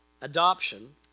adoption